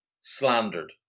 Slandered